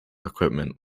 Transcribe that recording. equipment